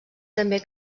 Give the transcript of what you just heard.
també